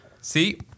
See